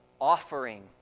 offering